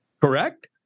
Correct